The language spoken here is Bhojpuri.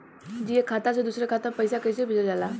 जी एक खाता से दूसर खाता में पैसा कइसे भेजल जाला?